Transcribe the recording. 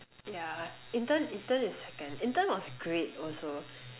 yeah intern intern is second intern was great also